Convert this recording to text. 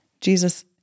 Jesus